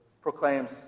proclaims